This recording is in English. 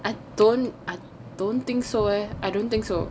I don't I don't think so I don't think so